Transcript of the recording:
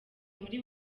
muri